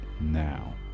now